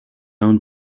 own